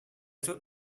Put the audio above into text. tut